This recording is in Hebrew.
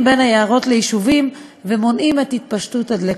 בין היערות ליישובים ומונעים את התפשטות הדלקות.